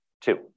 two